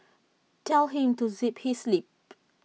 tell him to zip his lip